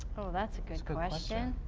that's a good question.